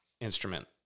instrument